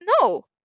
No